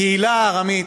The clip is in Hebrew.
לקהילה הארמית,